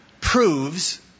proves